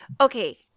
Okay